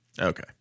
Okay